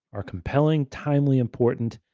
are compelling, timely, important,